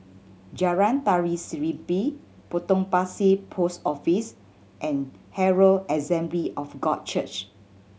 Jalan Tari Serimpi Potong Pasir Post Office and Herald Assembly of God Church